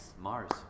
Mars